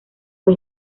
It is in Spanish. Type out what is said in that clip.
fue